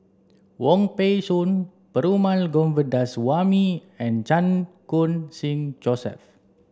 Wong Peng Soon Perumal Govindaswamy and Chan Khun Sing Joseph